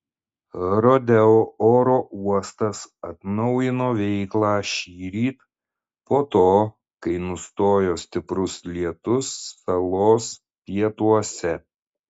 rodeo oro uostas atnaujino veiklą šįryt po to kai nustojo stiprus lietus salos pietuose